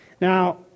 Now